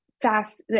fast